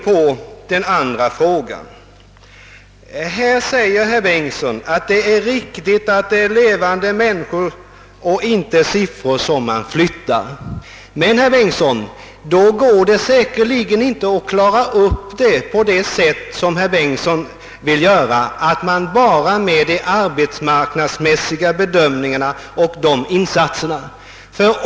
Sedan medgav herr Bengtsson också att vi här rör oss med levande människor; det är inte bara fråga om att flytta siffror från den ena kolumnen till den andra. Ja, och då går det säkert inte att lösa problemet så som herr Bengtsson vill, dvs. bara efter arbetsmarknadsmässiga bedömningar och insatser.